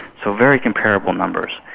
so very comparable numbers.